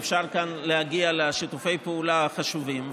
אפשר להגיע לשיתופי פעולה חשובים,